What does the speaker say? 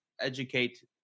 educate